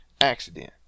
accident